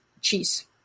cheese